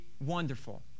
wonderful